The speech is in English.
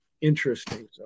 interesting